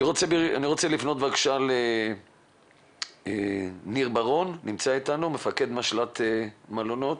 אני רוצה לפנות לניר בראון, מפקד משלט מלונות.